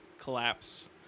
collapse